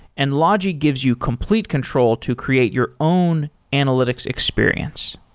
and logi gives you complete control to create your own analytics experience.